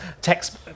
text